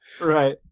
Right